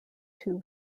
two